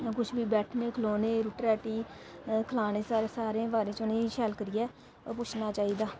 कुछ बी बैठने खलोने रुट्ट राटी खलाने सारें बारे च उ'नेंगी शैल करियै पुच्छना चाहिदा